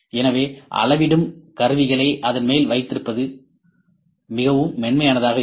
எனவே அளவிடும் கருவிகளை அதன் மேல் வைத்திருப்பது மிகவும் மென்மையாக இருக்கும்